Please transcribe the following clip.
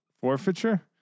forfeiture